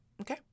Okay